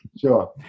sure